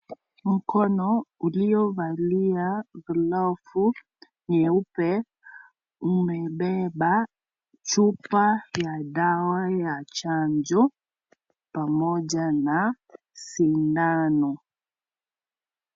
Mkono uliovalia glovu nyeupe. Umebeba chupa ya dawa ya chanjo pamoja na sindano.